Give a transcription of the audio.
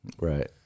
Right